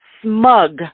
smug